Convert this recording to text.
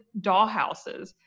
dollhouses